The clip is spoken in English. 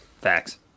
Facts